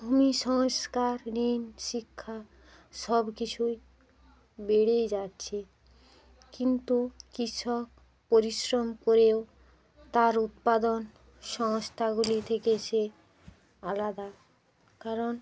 ভূমি সংস্কার ঋণ শিক্ষা সব কিছুই বেড়েই যাচ্ছে কিন্তু কৃষক পরিশ্রম করেও তার উৎপাদন সংস্থাগুলি থেকে সে আলাদা কারণ